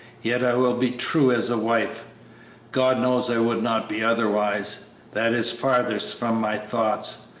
yet i will be true as a wife god knows i would not be otherwise that is farthest from my thoughts.